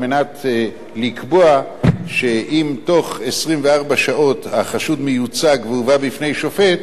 לקבוע שאם בתוך 24 שעות החשוד מיוצג והובא בפני שופט,